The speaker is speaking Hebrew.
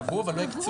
קבעו, אבל לא הקצו.